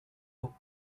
low